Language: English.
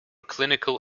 clinical